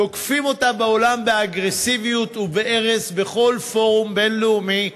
תוקפים אותה בעולם באגרסיביות ובארס בכל פורום בין-לאומי אפשרי.